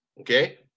okay